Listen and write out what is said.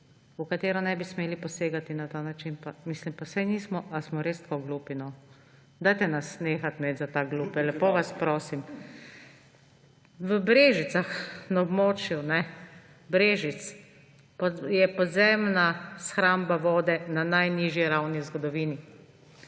v katero ne bi smeli posegati na ta način. Ali smo res tako glupi? Dajte nas nehati imeti za tako glupe, lepo vas prosim. V Brežicah, na območju Brežic je podzemna shramba vode na najnižji ravni v zgodovini